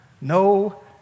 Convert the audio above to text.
No